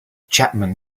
chapman